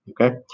Okay